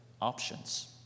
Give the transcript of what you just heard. options